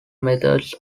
methods